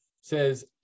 says